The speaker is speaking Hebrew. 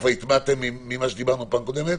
כבר הטמעתם ממה שדיברנו בפעם הקודמת?